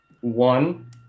one